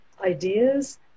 ideas